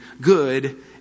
good